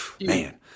man